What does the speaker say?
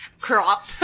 crop